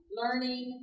learning